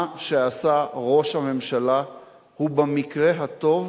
מה שעשה ראש הממשלה הוא במקרה הטוב,